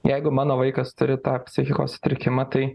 jeigu mano vaikas turi tą psichikos sutrikimą tai